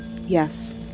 Yes